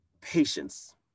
Patience